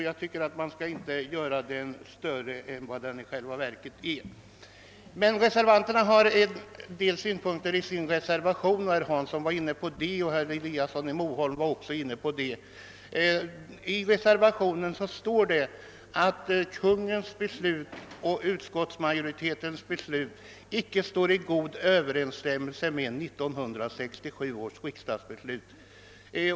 Jag tycker inte man skall göra problemet större än det är. Reservanterna anför en del synpunkter som herr Hansson i Skegrie och herr Eliasson i Moholm tog upp. I reservationen står det att Kungl. Maj:ts och utskottsmajoritetens beslut icke står i god överensstämmelse med 1967 års riksdagsbeslut.